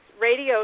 radio